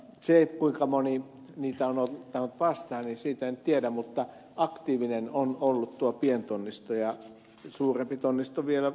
siitä kuinka moni niitä on ottanut vastaan en tiedä mutta aktiivinen on ollut tuo pientonnisto ja suurempi tonnisto vielä aktiivisempi